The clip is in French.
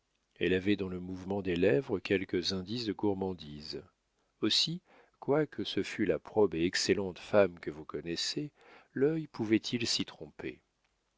elle avait dans le mouvement des lèvres quelques indices de gourmandise aussi quoique ce fût la probe et excellente femme que vous connaissez l'œil pouvait-il s'y tromper